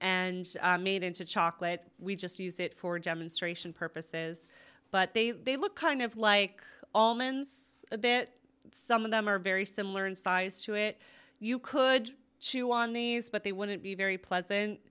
and made into chocolate we just use it for demonstration purposes but they they look kind of like all men's bit some of them are very similar in size to it you could chew on these but they wouldn't be very pleasant